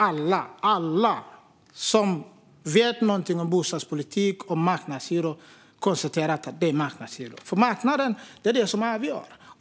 Alla som vet någonting om bostadspolitik och marknadshyror har konstaterat att det är marknadshyror. Det är nämligen marknaden som avgör.